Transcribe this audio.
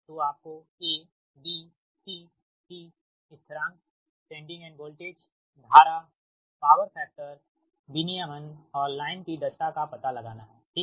तोआपको A B C D स्थिरांक sending end voltage धारा power factor विनियमन और लाइन की दक्षता का पता लगाना हैठीक